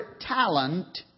talent